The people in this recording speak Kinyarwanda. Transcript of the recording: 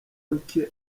ruke